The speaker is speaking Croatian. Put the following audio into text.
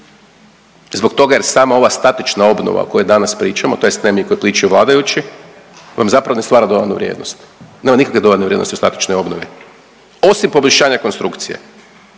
zbog toga jer sama ova statična obnova o kojoj danas pričamo, tj. ne mi, kojoj pričaju vladajući vam zapravo ne stvara dodanu vrijednost. Nema nikakve dodane vrijednosti u statičnoj obnovi osim poboljšanja konstrukcije,